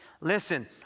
Listen